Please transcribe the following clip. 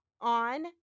on